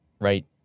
right